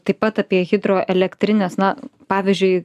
taip pat apie hidroelektrines na pavyzdžiui